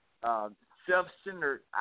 self-centered